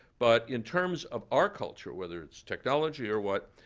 but in terms of our culture, whether it's technology or what,